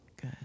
Good